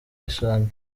iceland